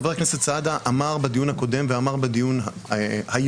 חבר הכנסת סעדה אמר בדיון הקודם ואמר בדיון היום.